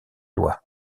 loi